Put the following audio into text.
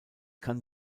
kann